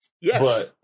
Yes